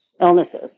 illnesses